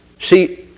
See